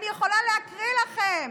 אני יכולה להקריא לכם